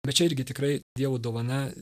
bet čia irgi tikrai dievo dovana